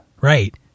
Right